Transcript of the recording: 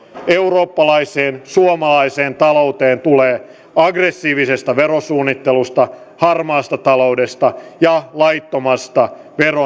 eurooppalaiseen suomalaiseen talouteen tulee aggressiivisesta verosuunnittelusta harmaasta taloudesta ja laittomasta